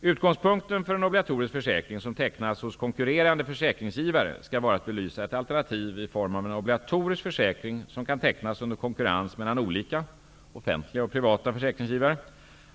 Utgångspunkten för en obligatorisk försäkring som tecknas hos konkurrerande försäkringsgivare skall vara att belysa ett alternativ i form av en obligatorisk försäkring som kan tecknas under konkurrens mellan olika -- offentliga och privata -- försäkringsgivare.